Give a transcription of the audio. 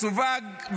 מסווג,